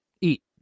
eat